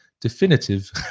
definitive